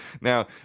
Now